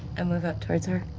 i move up towards her.